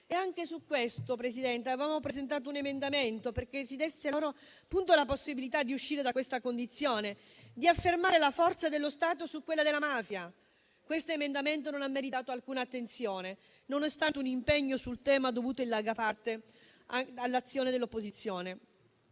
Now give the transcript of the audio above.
Anche su questo, signor Presidente, avevamo presentato un emendamento perché si desse loro la possibilità di uscire da questa condizione, di affermare la forza dello Stato su quella della mafia. Questo emendamento non ha meritato alcuna attenzione, nonostante un impegno sul tema dovuto in larga parte all'azione dell'opposizione.